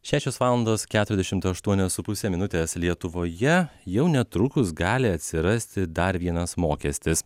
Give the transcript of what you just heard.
šešios valandos keturiasdešimt aštuonios su puse minutės lietuvoje jau netrukus gali atsirasti dar vienas mokestis